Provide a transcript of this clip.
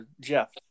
Jeff